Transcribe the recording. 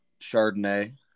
Chardonnay